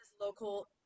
local